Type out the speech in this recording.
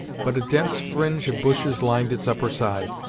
but a dense fringe of bushes lined its upper side.